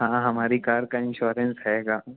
हाँ हमारी कार का इंशोरेंस है